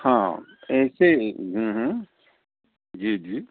ਹਾਂ ਇਸੇ ਹੀ ਜੀ ਜੀ